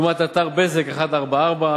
דוגמת אתר "בזק" 144,